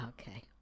Okay